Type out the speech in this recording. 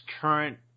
current